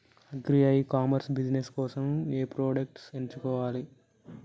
Agri e commerce business కోసము ఏ products ఎంచుకోవాలి?